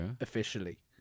Officially